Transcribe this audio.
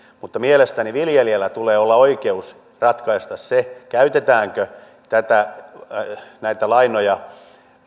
mutta mielestäni viljelijällä tulee olla oikeus ratkaista se käytetäänkö näitä lainoja